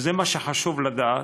וזה מה שחשוב לדעת,